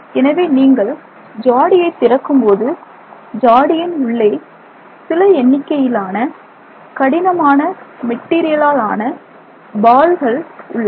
எனவே நீங்கள் ஜாடியை திறக்கும்போது ஜாடியின் உள்ளே சில எண்ணிக்கையிலான கடினமான மெட்டீரியலால் ஆன பால்கள் உள்ளன